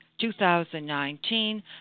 2019